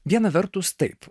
viena vertus taip